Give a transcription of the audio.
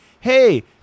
hey